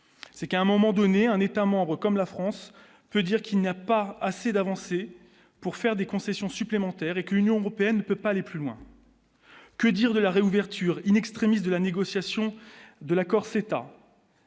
c'est qu'à un moment donné, un État membre, comme la France peut dire qu'il n'y a pas assez d'avancer pour faire des concessions supplémentaires et que l'Union européenne ne peut pas aller plus loin, que dire de la réouverture in-extremis de la négociation de l'accord CETA.